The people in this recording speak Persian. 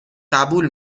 قبول